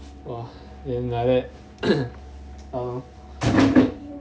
!wah! then like that err